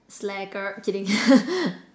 slacker kidding